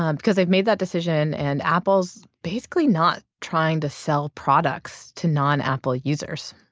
um because they've made that decision and apple's basically not trying to sell products to non-apple users.